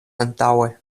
antaŭe